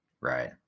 Right